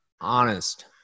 honest